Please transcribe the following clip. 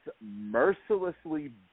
mercilessly